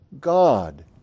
God